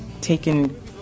taken